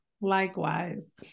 Likewise